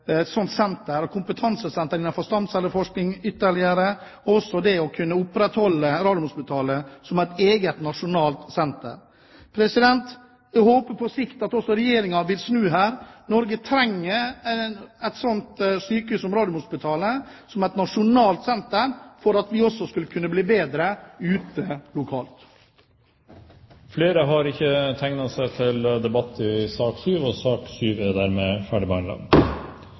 kompetansesenter for stamcelleforskning, og også å kunne opprettholde Radiumhospitalet som et eget nasjonalt senter. Jeg håper at Regjeringen på sikt vil snu her. Norge trenger et sykehus som Radiumhospitalet som et nasjonalt senter for at vi skal kunne bli bedre ute og lokalt. Flere har ikke bedt om ordet til sak nr. 7. Helsetjenesten er til for å helbrede, lindre og